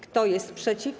Kto jest przeciw?